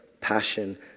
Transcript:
passion